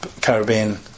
Caribbean